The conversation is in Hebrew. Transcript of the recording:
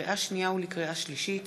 לקריאה שנייה ולקריאה שלישית: